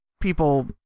people